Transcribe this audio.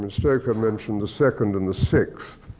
and stoker mentioned the second and the sixth.